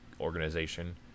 organization